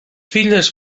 filles